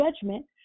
judgment